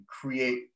create